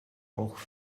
auch